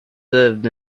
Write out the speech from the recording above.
served